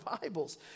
Bibles